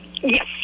Yes